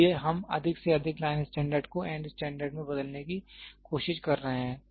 इसलिए हम अधिक से अधिक लाइन स्टैंडर्ड को एंड स्टैंडर्ड में बदलने की कोशिश कर रहे हैं